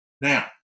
Now